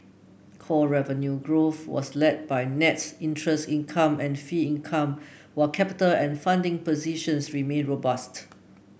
core revenue growth was led by net interest income and fee income while capital and funding positions remain robust